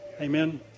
Amen